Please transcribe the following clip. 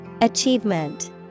Achievement